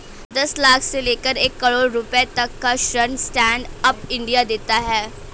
दस लाख से लेकर एक करोङ रुपए तक का ऋण स्टैंड अप इंडिया देता है